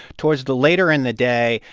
towards the later in the day,